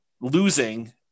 losing